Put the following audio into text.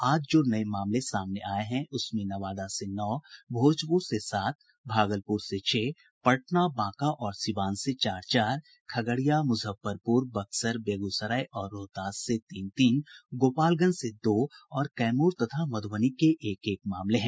आज जो नये मामले सामने आये हैं उसमें नवादा से नौ भोजपुर से सात भागलपुर से छह पटना बांका और सीवान से चार चार खगड़िया मुजफ्फरपुर बक्सर बेगूसराय और रोहतास से तीन तीन गोपालगंज से दो और कैमूर तथा मधुबनी के एक एक मामले हैं